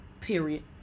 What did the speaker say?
period